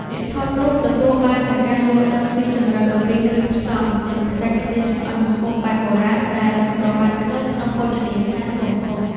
អ្នកថតរូបទទួលបាននូវការយល់ដឹងស៊ីជម្រៅអំពីគ្រឿងផ្សំ និងបច្ចេកទេសចម្អិនម្ហូបបែបបុរាណដែលកម្របានឃើញក្នុងភោជនីយដ្ឋានធំៗ។